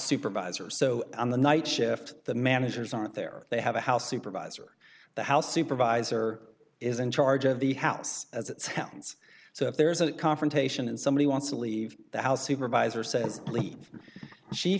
supervisor so on the night shift the managers aren't there they have a house supervisor the house supervisor is in charge of the house as it sounds so if there's a confrontation and somebody wants to leave the house supervisor sa